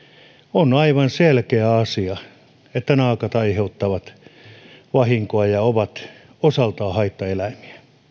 on aivan selkeä asia että naakat aiheuttavat vahinkoa ja ovat osaltaan haittaeläimiä